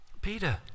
Peter